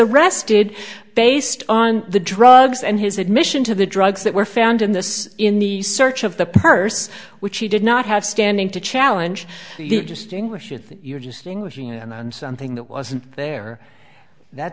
arrested based on the drugs and his admission to the drugs that were found in this in the search of the purse which he did not have standing to challenge just english if you're just english and then something that wasn't there that